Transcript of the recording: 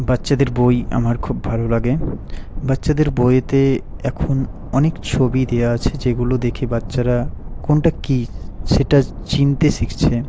বাচ্চাদের বই আমার খুব ভালো লাগে বাচ্চাদের বইয়েতে এখন অনেক ছবি দেওয়া আছে যেগুলো দেখে বাচ্চারা কোনটা কী সেটা চিনতে শিখছে